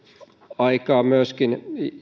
aikaa myöskin